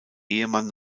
ehemann